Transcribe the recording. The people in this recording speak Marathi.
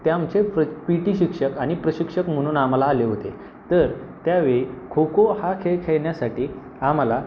ते आमचे प्र पी टी शिक्षक आणि प्रशिक्षक म्हणून आम्हाला आले होते तर त्यावेळी खो खो हा खेळ खेळण्यासाठी आम्हाला